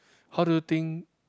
how do you think